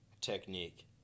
technique